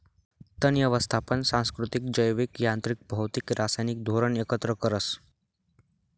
तण यवस्थापन सांस्कृतिक, जैविक, यांत्रिक, भौतिक, रासायनिक धोरण एकत्र करस